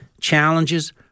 challenges